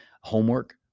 homework